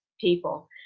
people